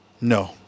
No